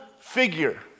figure